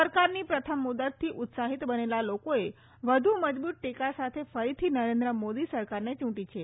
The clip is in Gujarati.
સરકારની પ્રથમ મુદ્દતથી ઉત્સાહિત બનેલા લોકોએ વધુ મજબૂત ટેકા સાથે ફરીથી નરેન્દ્ર મોદી સરકારને ચૂંટી છે